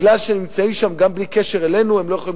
כי הם נמצאים שם גם בלי קשר אלינו והם לא יכולים